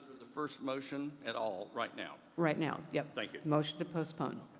the first motion at all right now? right now, yep. the motion to postpone